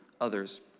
others